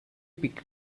picked